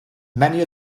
many